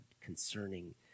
concerning